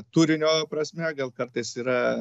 turinio prasme gal kartais yra